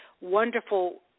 wonderful